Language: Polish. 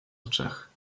oczach